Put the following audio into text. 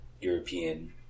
European